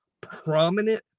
prominent